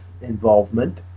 involvement